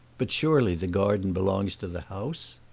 but surely the garden belongs to the house?